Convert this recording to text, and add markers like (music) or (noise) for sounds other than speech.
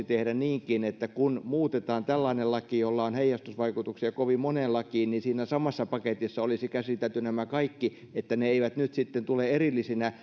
(unintelligible) tehdä niinkin että kun muutetaan tällainen laki jolla on heijastusvaikutuksia kovin moneen lakiin niin siinä samassa paketissa käsiteltäisiin nämä kaikki niin että ne eivät sitten tulisi erillisinä (unintelligible)